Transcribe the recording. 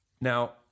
Now